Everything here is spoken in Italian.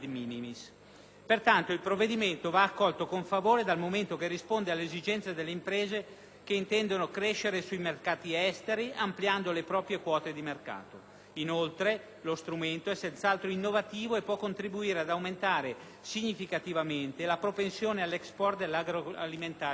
Pertanto, il provvedimento va accolto con favore dal momento che risponde alle esigenze delle imprese che intendono crescere sui mercati esteri ampliando le proprie quote di mercato. Inoltre, lo strumento è senz'altro innovativo e può contribuire ad aumentare significativamente la propensione all'*export* nell'agroalimentare italiano.